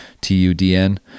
T-U-D-N